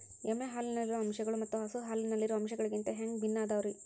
ಎಮ್ಮೆ ಹಾಲಿನಲ್ಲಿರೋ ಅಂಶಗಳು ಮತ್ತ ಹಸು ಹಾಲಿನಲ್ಲಿರೋ ಅಂಶಗಳಿಗಿಂತ ಹ್ಯಾಂಗ ಭಿನ್ನ ಅದಾವ್ರಿ?